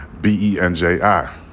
B-E-N-J-I